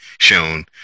shown